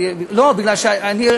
לא, בגלל שאני,